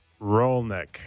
Rolnick